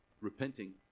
repenting